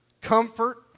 comfort